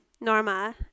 Norma